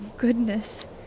Goodness